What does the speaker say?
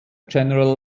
general